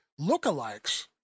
lookalikes